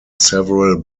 several